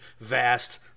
vast